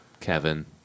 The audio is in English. Kevin